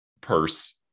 purse